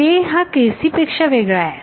k हा पेक्षा वेगळा आहे